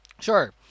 Sure